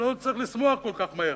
שלא צריך לשמוח כל כך מהר,